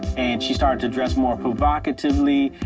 and she started to dress more provocatively.